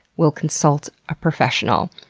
we'll consult a professional.